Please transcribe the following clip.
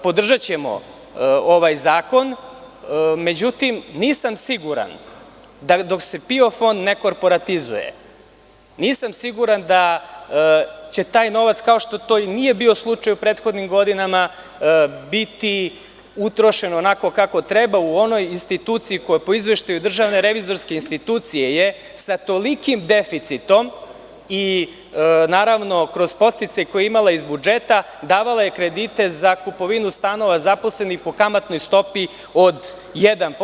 Podržaćemo ovaj zakon, međutim, nisam siguran da dok se PIO fond ne korporatizuje, nisam siguran da će taj novac, kao što to i nije bio slučaj u prethodnim godinama, biti utrošen onako kako treba, u onoj instituciji koja po izveštaju DRI sa tolikim deficitom i kroz podsticaj koji je imala iz budžeta, davala je kredite za kupovinu stanova zaposlenih po kamatnoj stopi od 1%